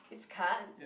it's cards